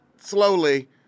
slowly